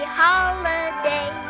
holiday